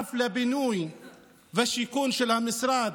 בנוסף לבינוי והשיכון של המשרד,